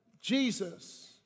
Jesus